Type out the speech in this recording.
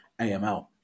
AML